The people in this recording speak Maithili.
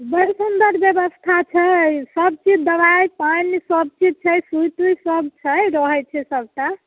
बड़ सुंदर व्यवस्था छै सब चीज दबाइ पानि सब चीज छै सूई तूइ सब छै रहैत छै सबटा